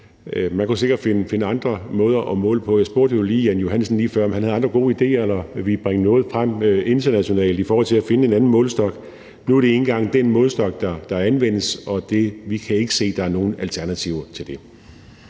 Man kunne sikkert finde andre måder at måle på. Jeg spurgte jo lige hr. Jan Johansen lige før, om han havde andre gode idéer eller ville bringe noget frem internationalt i forhold til at finde en anden målestok. Det er nu engang den målestok, der anvendes, og vi kan ikke se, at der er nogen alternativer til det.